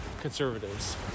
conservatives